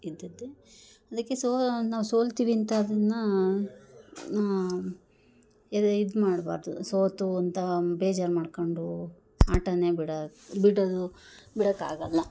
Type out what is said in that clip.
ಇದ್ದಿದ್ದೆ ಅದಕ್ಕೆ ಸೋಲು ನಾವು ಸೋಲ್ತಿವಿ ಅಂತ ಅದನ್ನು ಇದೆ ಇದು ಮಾಡಬಾರ್ದು ಸೋತು ಅಂತ ಬೇಜಾರು ಮಾಡ್ಕೊಂಡು ಆಟನೇ ಬಿಡೋ ಬಿಡೋದು ಬಿಡೋಕ್ಕಾಗಲ್ಲ